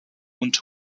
und